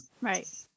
Right